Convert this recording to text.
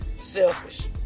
selfish